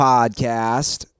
Podcast